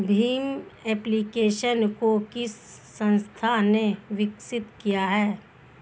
Bhim application को किस संस्था ने विकसित किया है?